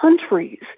countries